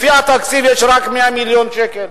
לפי התקציב יש רק 100 מיליון שקל.